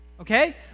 okay